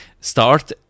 start